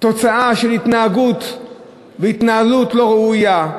תוצאה של התנהגות והתנהלות לא ראויה,